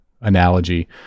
analogy